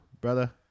brother